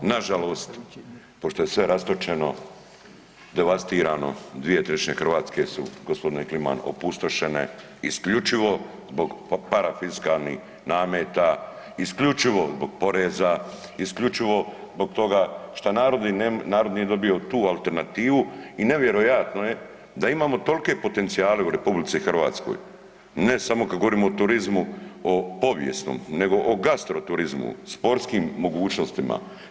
Nažalost, pošto je sve rastočeno, devastirano, 2/3 Hrvatske su, g. Kliman, opustošene, isključivo zbog parafiskalnih nameta, isključivo zbog poreza, isključivo zbog toga šta narod, narod nije dobio tu alternativu i nevjerojatno je da imamo tolke potencijale u RH, ne samo kad govorimo o turizmu, o povijesnom, nego o gastro turizmu, sportskim mogućnostima.